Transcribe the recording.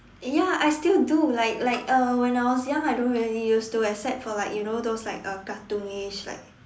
ya I still do like like uh when I was young I don't really used to except for like you know those like uh cartoonish like